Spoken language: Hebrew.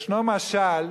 ישנו משל,